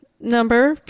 number